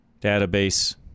database